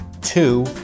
two